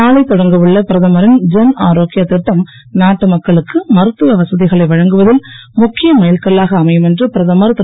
நாளை தொடங்கவுள்ள பிரதமரின் ஜன் ஆரோக்யா திட்டம் நாட்டு மக்களுக்கு மருத்துவ வசதிகளை வழங்குவதில் முக்கிய மைல் கல்லாக அமையும் என்று பிரதமர் திரு